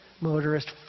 motorist